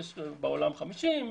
יש בעולם 50,